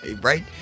Right